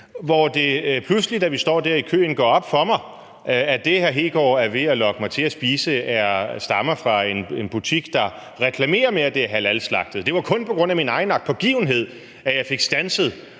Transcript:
hvor det pludselig, da vi står der i køen, går op for mig, at det, hr. Kristian Hegaard er ved at lokke mig til at spise, stammer fra en butik, der reklamerer med, at det er halalslagtet. Det var kun på grund af min egen agtpågivenhed, at jeg fik standset